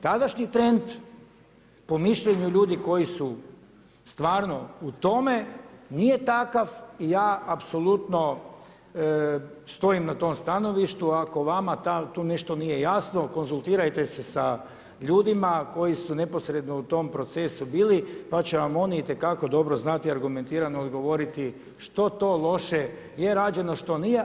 Tadašnji trend po mišljenju ljudi koji su stvarno u tome nije takav i ja apsolutno stojim na tom stanovištu ako vama tu nešto nije jasno konzultirajte se sa ljudima koji su neposredno u tom procesu bili, pa će vam oni itekako dobro znati argumentirano odgovoriti što to loše je rađeno, što nije.